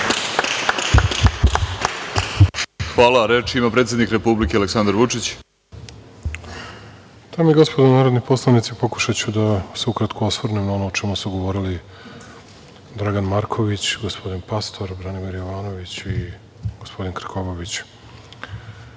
Hvala. Reč ima predsednik Republike, Aleksandar Vučić. **Aleksandar Vučić** Dame i gospodo narodni poslanici, pokušaću da se ukratko osvrnem na ono o čemu su govorili Dragan Marković, gospodin Pastor, Branimir Jovanović i gospodin Krkobabić. Naime,